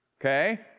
okay